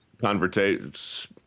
conversations